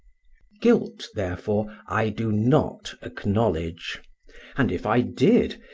guilt, therefore, i do not acknowledge and if i did,